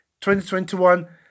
2021